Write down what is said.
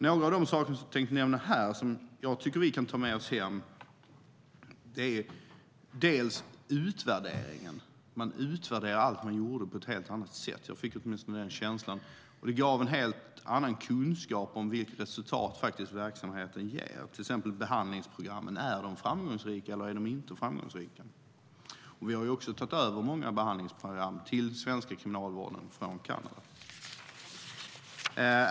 Några av de saker som jag tänkte nämna här och som jag tycker att vi kan ta med oss hem är bland annat utvärdering. Man utvärderar allt man gör på ett helt annat sätt - jag fick åtminstone den känslan. Det gav en helt annan kunskap om vilket resultat verksamheten ger. Är till exempel behandlingsprogrammen framgångsrika eller inte? Vi har också tagit över många behandlingsprogram till den svenska kriminalvården från Kanada.